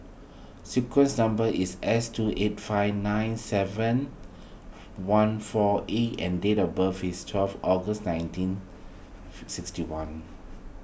sequence number is S two eight five nine seven one four A and date of birth is twelve August nineteen sixty one